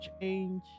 change